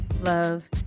love